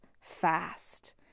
fast